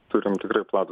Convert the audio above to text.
turim tikrai platų